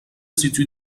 situe